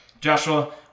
joshua